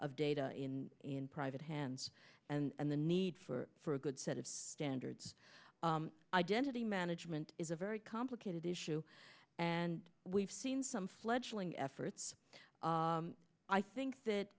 of data in private hands and the need for for a good set of standards identity management is a very complicated issue and we've seen some fledgling efforts i think that